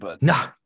nah